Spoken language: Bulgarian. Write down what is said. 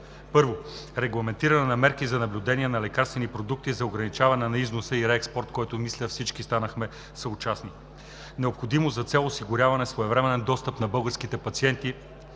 - регламентиране на мерки за наблюдение на лекарствени продукти за ограничаване на износа и реекспорт, в който, мисля, всички станахме съучастници – необходимост с цел осигуряване своевременен достъп на българските пациенти